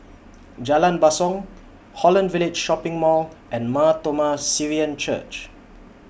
Jalan Basong Holland Village Shopping Mall and Mar Thoma Syrian Church